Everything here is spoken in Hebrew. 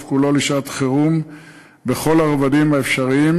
כולו לשעת-חירום בכל הרבדים האפשריים,